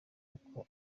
uko